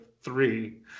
three